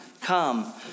come